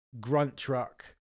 grunt-truck